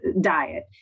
diet